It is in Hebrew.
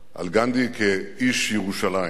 על גנדי כאיש ירושלים.